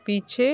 पीछे